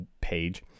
page